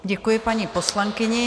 Děkuji paní poslankyni.